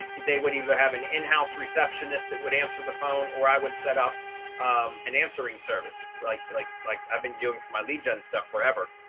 they would either have an in house receptionist that would answer the phone or i would set up an answering service like like, like i've been doing for my lead gen stuff forever.